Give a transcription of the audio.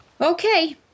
Okay